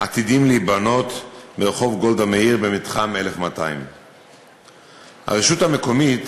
עתידים להיבנות ברחוב גולדה מאיר במתחם 1200. הרשות המקומית